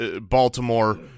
Baltimore